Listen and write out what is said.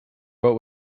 wrote